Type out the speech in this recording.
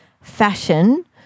fashion